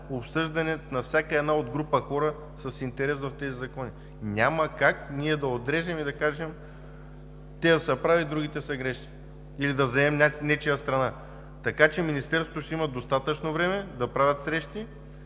обсъждане, на всяка една група хора с интерес в тези закони, няма как ние да отрежем и да кажем – тези са прави, другите са грешни или да вземем нечия страна. Така че Министерството ще има достатъчно време да правят срещи,